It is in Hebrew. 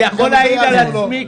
אני יכול להעיד על עצמי,